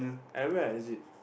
at where is it